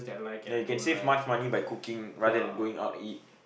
ya you save much money by cooking rather than going out and eat